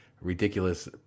ridiculous